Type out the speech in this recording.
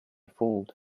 fooled